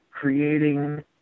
creating